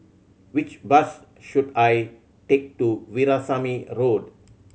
which bus should I take to Veerasamy Road